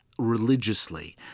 Religiously